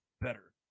Better